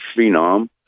phenom